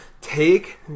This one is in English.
Take